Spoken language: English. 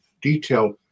detail